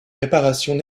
réparations